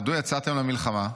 מדוע יצאתם למלחמה?